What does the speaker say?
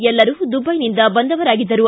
ಎಲ್ಲರೂ ದುಬೈಯಿಂದ ಬಂದವರಾಗಿದ್ದಾರೆ